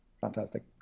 fantastic